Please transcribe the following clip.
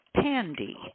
Pandy